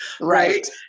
Right